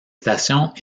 stations